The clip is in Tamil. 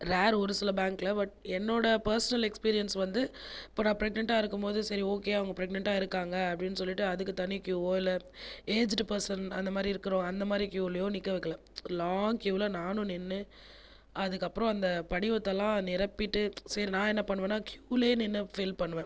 ரேர் ஒரு சில பேங்கில் பட் என்னோடய பேர்சனல் எக்ஸ்பிரியன்ஸ் வந்து இப்போது நான் ப்ரெக்னன்ட்டாக இருக்கும் போது சரி ஓகே அவங்க ப்ரெக்னன்ட்டாக இருக்காங்கள் அப்படின்னு சொல்லிவிட்டு அதுக்கும் தனி கியூவோ இல்லை ஏஜ்டு பேர்சன் அந்த மாதிரி இருக்குகிறவங்க அந்த மாதிரி கியூவோ நிற்க வைக்கலை ஒரு லாங் கியூவில் நானும் நின்று அதுக்கு அப்புறம் அந்த படிவத்தலாம் நிரப்பிவிட்டு சரி நான் என்ன பண்ணுவேன்னா கியூலையே நின்று ஃபீல் பண்ணுவேன்